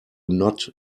not